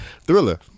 Thriller